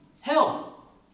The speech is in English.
Help